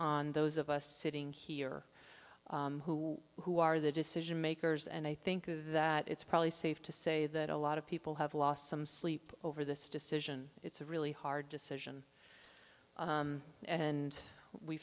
on those of us sitting here who who are the decision makers and i think that it's probably safe to say that a lot of people have lost some sleep over this decision it's a really hard decision and we